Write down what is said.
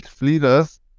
leaders